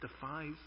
defies